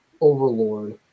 overlord